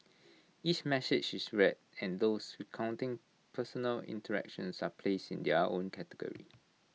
each message is read and those recounting personal interactions are placed in their own category